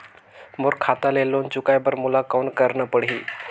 मोर खाता ले लोन चुकाय बर मोला कौन करना पड़ही?